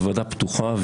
של ועדה פתוחה,